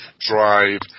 drive